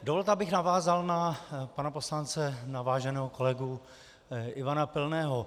Dovolte, abych navázal na pana poslance, váženého kolegu Ivana Pilného.